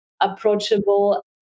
approachable